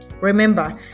Remember